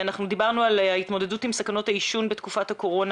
דיברנו על ההתמודדות עם סכנות העישון בתקופת הקורונה